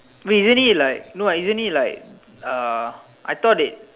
wait isn't it like isn't it like I thought they